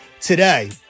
today